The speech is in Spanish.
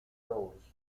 tours